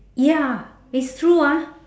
ya it's true ah